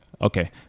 Okay